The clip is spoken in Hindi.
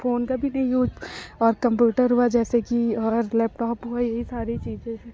फ़ोन का भी नहीं यूज और कंप्यूटर जैसे कि और लैपटॉप हुआ यही सारी चीज़ें हैं